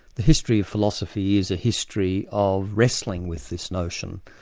the history of philosophy is a history of wrestling with this notion,